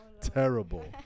terrible